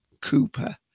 Cooper